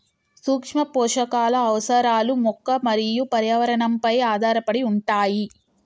సూక్ష్మపోషకాల అవసరాలు మొక్క మరియు పర్యావరణంపై ఆధారపడి ఉంటాయి